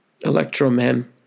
Electro-Man